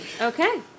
Okay